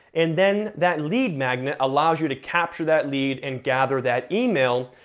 and then that lead magnet allows you to capture that lead and gather that email.